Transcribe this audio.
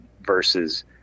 versus